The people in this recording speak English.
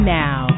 now